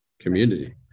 community